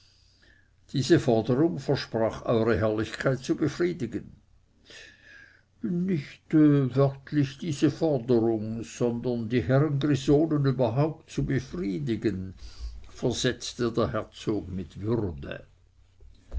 diese forderung versprach eure herrlichkeit zu befriedigen nicht wörtlich diese forderung sondern die herren grisonen überhaupt zu befriedigen versetzte der herzog mit würde